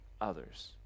others